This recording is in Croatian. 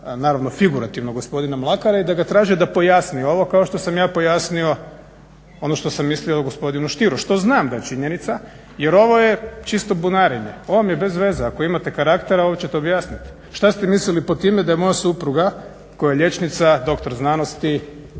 naravno figurativno gospodina Mlakara i da ga traže da pojasne ovo kao što sam ja pojasnio ono što sam mislio gospodinu Stieru, što znam da je činjenica jer ovo je čisto bunarenje. Ovo vam je bezveze. Ako imate karaktera ovo ćete objasniti. Šta ste mislili pod time da je moja supruga koja je liječnica, doktor znanosti,